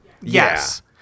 Yes